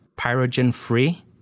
pyrogen-free